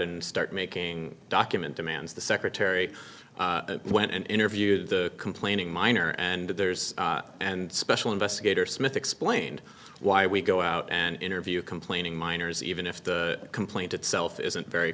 and start making document demands the secretary went and interviewed the complaining miner and theirs and special investigator smith explained why we go out and interview complaining minors even if the complaint itself isn't very